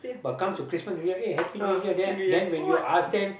but comes to Christmas New Year hey Happy New Year then then when you ask them